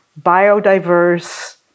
biodiverse